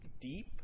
Deep